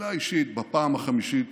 מילה אישית בפעם החמישית